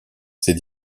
ses